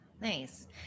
Nice